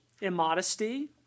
immodesty